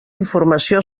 informació